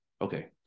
okay